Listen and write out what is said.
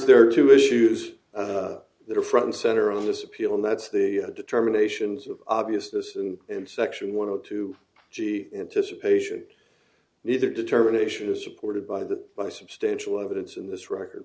there are two issues that are front and center on this appeal and that's the determinations of obviousness and in section one of two g anticipation neither determination is supported by the by substantial evidence in this record